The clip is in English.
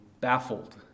baffled